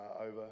over